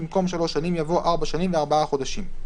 במקום "שלוש שנים" יבוא "ארבע שנים וארבעה חודשים".